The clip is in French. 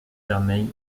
vermeille